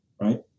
right